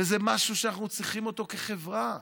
וזה משהו שאנחנו צריכים אותו כחברה,